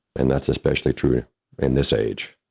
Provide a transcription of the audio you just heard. and that's especially true in this age.